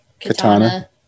katana